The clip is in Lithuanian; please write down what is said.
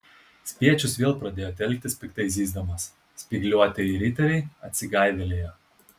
spiečius vėl pradėjo telktis piktai zyzdamas spygliuotieji riteriai atsigaivelėjo